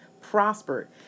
prospered